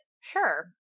Sure